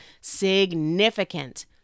significant